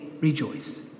rejoice